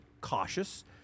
cautious